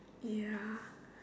ya